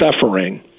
suffering